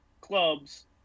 clubs